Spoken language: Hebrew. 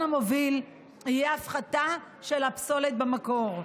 המוביל יהיה הפחתה של הפסולת במקור.